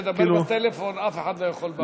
לא, האמת, לדבר בטלפון אף אחד לא יכול במליאה.